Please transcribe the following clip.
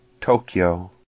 Tokyo